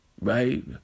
right